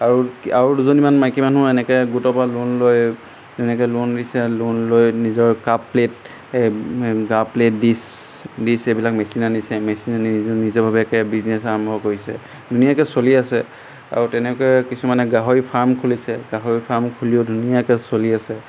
আৰু আৰু দুজনীমান মাইকী মানুহ এনেকৈ গোটৰপৰা লোন লৈ এনেকৈ লোন দিছে লোন লৈ নিজৰ কাপ প্লেট কাপ প্লেট দিছ দিছ এইবিলাক মেচিন আনিছে মেচিন আনি নিজাববীয়াকৈ বিজনেছ আৰম্ভ কৰিছে ধুনীয়াকৈ চলি আছে আৰু তেনেকৈ কিছুমানে গাহৰি ফাৰ্ম খুলিছে গাহৰি ফাৰ্ম খুলিও ধুনীয়াকৈ চলি আছে